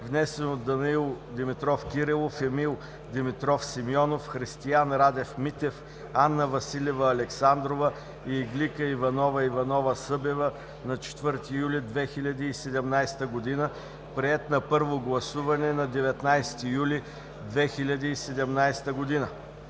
внесен от Данаил Димитров Кирилов, Емил Димитров Симеонов, Христиан Радев Митев, Анна Василева Александрова и Иглика Иванова Иванова – Събева, на 4 юли 2017 г., приет на първо гласуване на 19 юли 2017 г.